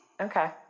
Okay